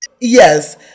Yes